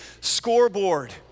scoreboard